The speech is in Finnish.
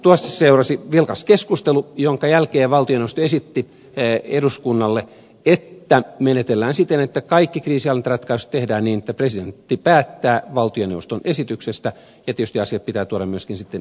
tuosta seurasi vilkas keskustelu jonka jälkeen valtioneuvosto esitti eduskunnalle että menetellään siten että kaikki kriisinhallintaratkaisut tehdään niin että presidentti päättää valtioneuvoston esityksestä ja tietysti asiat pitää tuoda sitten myöskin eduskunnan käsittelyyn